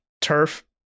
turf